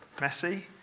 messy